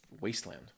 wasteland